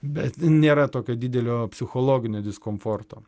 bet nėra tokio didelio psichologinio diskomforto